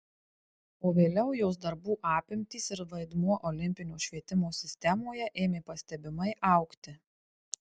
o vėliau jos darbų apimtys ir vaidmuo olimpinio švietimo sistemoje ėmė pastebimai augti